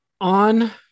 On